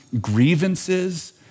grievances